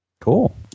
Cool